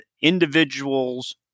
individuals